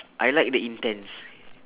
I like the intense